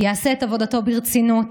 יעשה את עבודתו ברצינות,